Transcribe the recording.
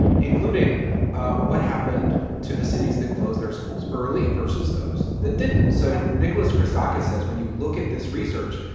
including what happened to the cities that closed their schools early versus those that didn't ok so nicholas christakis says when you look at this research,